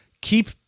keep